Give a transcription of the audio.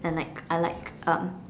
and like I like um